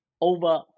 over